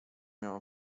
miała